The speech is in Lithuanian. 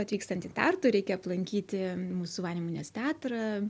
atvykstant į tartu reikia aplankyti mūsų vanemuinės teatrą